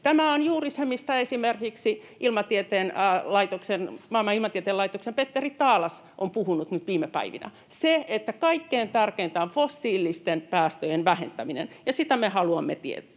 Tämä on juuri se, mistä esimerkiksi Maailman ilmatieteen laitoksen Petteri Taalas on puhunut viime päivinä, eli kaikkein tärkeintä on fossiilisten päästöjen vähentäminen, ja sitä me haluamme tehdä.